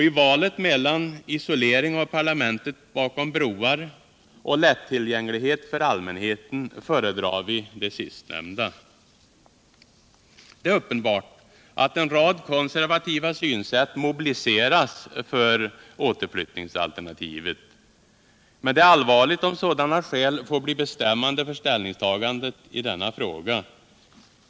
I valet mellan isolering av parlamentet bakom broar och lättillgänglighet för allmänheten föredrar vi det sistnämnda. Det är uppenbart att en rad konservativa synsätt mobiliseras för återflyttningsalternativet. Det är allvarligt om sådana skäl får bli bestämmande för ställningstagandet i denna fråga.